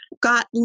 got